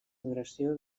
adoració